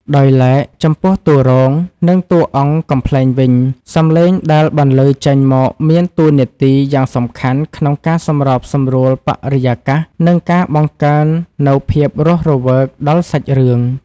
ដោយឡែក ចំពោះតួរង និងតួអង្គកំប្លែងវិញ សំឡេងដែលបន្លឺចេញមកមានតួនាទីយ៉ាងសំខាន់ក្នុងការសម្របសម្រួលបរិយាកាស និងការបង្កើននូវភាពរស់រវើកដល់សាច់រឿង។